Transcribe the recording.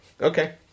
Okay